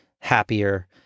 happier